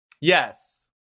Yes